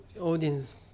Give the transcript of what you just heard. audience